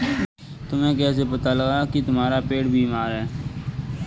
तुम्हें कैसे पता लगा की तुम्हारा पेड़ बीमार है?